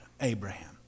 Abraham